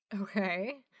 Okay